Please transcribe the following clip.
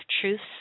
truths